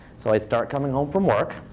so i start coming home from work.